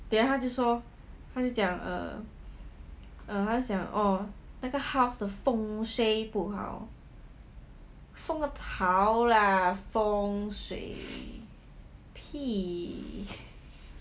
then 他就说他就讲 err orh 那个 house 的风水不好风个 tao lah 风水屁